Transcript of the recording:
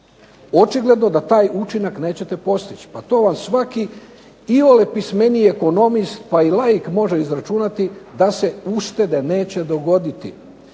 Očigledno da taj učinak nećete postići pa to vam svaki iole pismeniji ekonomist pa i laik može izračunati da se uštede neće dogoditi.